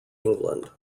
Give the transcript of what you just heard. england